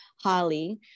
Holly